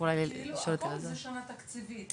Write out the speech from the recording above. הכול זה שנה תקציבית,